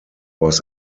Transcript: was